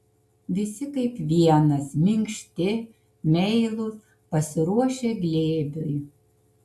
visi kaip vienas minkšti meilūs pasiruošę glėbiui